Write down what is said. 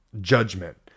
judgment